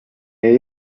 jäi